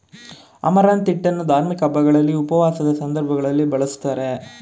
amaranth ಹಿಟ್ಟನ್ನು ಧಾರ್ಮಿಕ ಹಬ್ಬಗಳಲ್ಲಿ, ಉಪವಾಸದ ಸಂದರ್ಭಗಳಲ್ಲಿ ಬಳ್ಸತ್ತರೆ